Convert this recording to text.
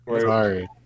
Sorry